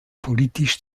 politisch